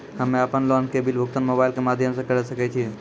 हम्मे अपन लोन के बिल भुगतान मोबाइल के माध्यम से करऽ सके छी?